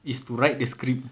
is to write the script